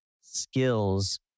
skills